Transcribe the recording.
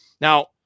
Now